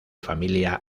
familia